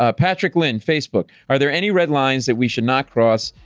ah patrick lin, facebook, are there any red lines that we should not cross,